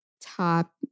top